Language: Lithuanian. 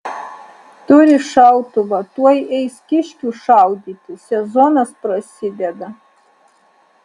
turi šautuvą tuoj eis kiškių šaudyti sezonas prasideda